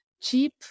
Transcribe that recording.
cheap